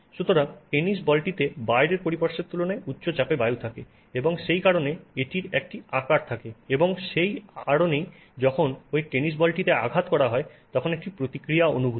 সুতরাং টেনিস বলটিতে বাইরের পরিপার্শ্বের তুলনায় উচ্চচাপে বায়ু থাকে এবং সেই কারণে এটির একটি আকার থাকে এবং সেই কারণেই যখন ওই টেনিস বলটিতে আঘাত করা হয় তখন একটি প্রতিক্রিয়া অনুভূত হয়